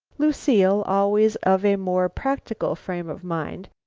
lucile, always of a more practical frame of mind,